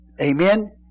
Amen